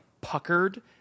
puckered